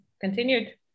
continued